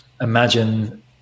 imagine